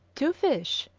two fish,